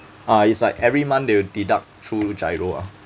uh it's like every month they will deduct through giro ah